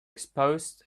exposed